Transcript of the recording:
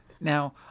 Now